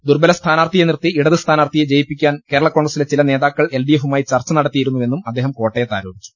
ദുർബല സ്ഥാനാർത്ഥിയെ നിർത്തി ഇടത് സ്ഥാനാർത്ഥിയെ ജയിപ്പിക്കാൻ കേരള കോൺഗ്ര സിലെ ചില നേതാക്കൾ എൽഡിഎഫുമായി ചർച്ച നടത്തിയിരു ന്നുവെന്നും അദ്ദേഹം കോട്ടയത്ത് ആരോപിച്ചു